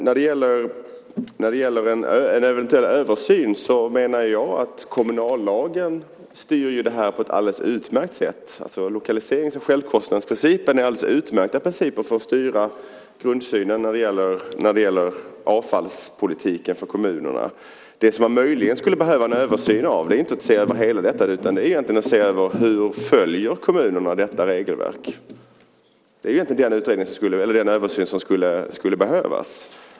När det gäller en eventuell översyn menar jag att kommunallagen styr det här på ett alldeles utmärkt sätt. Lokaliserings och självkostnadsprincipen är alldeles utmärkta principer för att styra grundsynen när det gäller avfallspolitiken för kommunerna. Det som man möjligen skulle behöva en översyn av är inte helheten utan egentligen att se över hur kommunerna följer detta regelverk. Det är egentligen den översynen som skulle behövas.